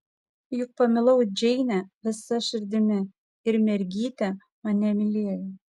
juk pamilau džeinę visa širdimi ir mergytė mane mylėjo